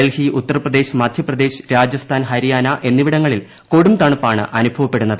ഡൽഹി ഉത്തർപ്രദേശ് മധ്യപ്രദേശ് രാജസ്ഥാൻ ഹരിയാന എന്നിവിടങ്ങളിൽ കൊടുംതണുപ്പാണ് അനുഭവപ്പെടുന്നത്